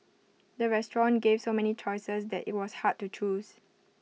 the restaurant gave so many choices that IT was hard to choose